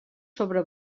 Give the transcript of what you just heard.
sobre